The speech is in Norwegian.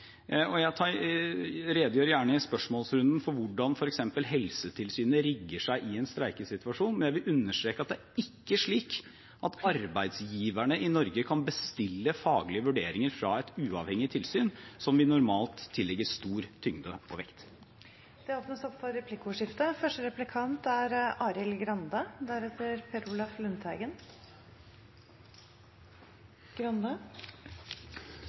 Jeg redegjør gjerne i spørsmålsrunden for hvordan f.eks. Helsetilsynet rigger seg i en streikesituasjon, men jeg vil understreke at det ikke er slik at arbeidsgiverne i Norge kan bestille faglige vurderinger fra et uavhengig tilsyn, som vi normalt tillegger stor tyngde og vekt. Det